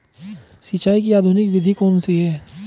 सिंचाई की आधुनिक विधि कौन सी है?